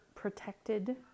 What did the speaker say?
protected